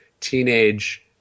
teenage